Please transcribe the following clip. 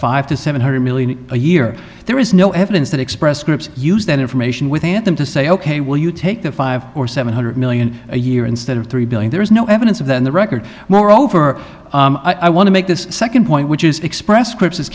five to seven hundred million a year there is no evidence that express scripts use that information within them to say ok will you take the five or seven hundred million a year instead of three billion there is no evidence of that in the record moreover i want to make this second point which is express scripts